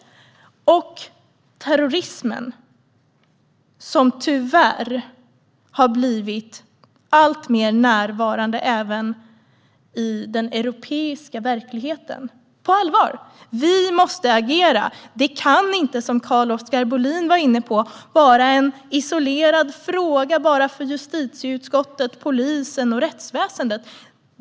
Vi måste ta terrorismen, som tyvärr har blivit alltmer närvarande även i den europeiska verkligheten, på allvar. Vi måste agera. Det kan inte, som Carl-Oskar Bohlin var inne på, vara en isolerad fråga för bara justitieutskottet, polisen och rättsväsendet.